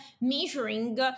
measuring